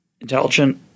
intelligent